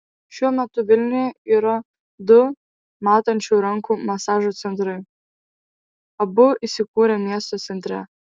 šiuo metu vilniuje yra du matančių rankų masažo centrai abu įsikūrę miesto centre